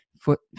foot